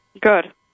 good